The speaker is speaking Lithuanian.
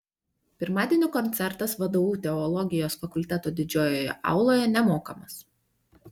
pirmadienio koncertas vdu teologijos fakulteto didžiojoje auloje nemokamas